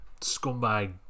scumbag